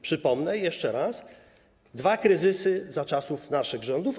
Przypomnę jeszcze raz: dwa kryzysy za czasów naszych rządów.